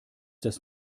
das